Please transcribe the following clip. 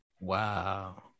Wow